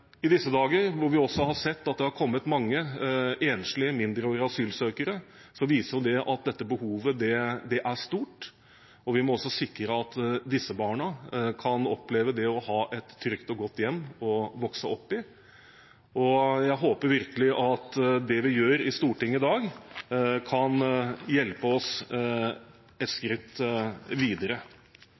I disse dager hvor vi også har sett at det har kommet mange enslige, mindreårige asylsøkere, viser det at dette behovet er stort, og vi må også sikre at disse barna kan oppleve det å ha et trygt og godt hjem å vokse opp i. Jeg håper virkelig at det vi gjør i Stortinget i dag, kan hjelpe oss et skritt videre.